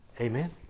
Amen